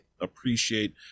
appreciate